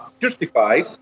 justified